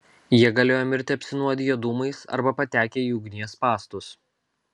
jie galėjo mirti apsinuodiję dūmais arba patekę į ugnies spąstus